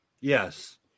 yes